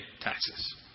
taxes